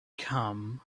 come